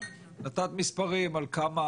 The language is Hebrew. נתת מספרים על כמה